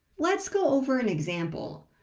let's go over an example.